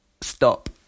Stop